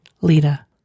Lita